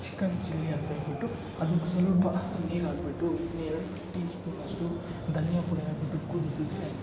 chicken chilli ಅಂತ ಹೇಳಿಬಿಟ್ಟು ಅದಕ್ಕೆ ಸ್ವಲ್ಪ ನೀರು ಹಾಕಿಬಿಟ್ಟು ಎರಡು ಟೀ ಸ್ಪೂನ್ ಅಷ್ಟು ಧನಿಯ ಪುಡಿ ಹಾಕಿಬಿಟ್ಟು ಕುದಿಸಿದರೆ